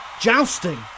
jousting